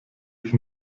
ich